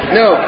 no